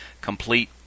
complete